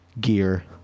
gear